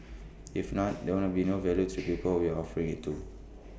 if not there would not be no value to people we are offering IT to